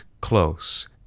close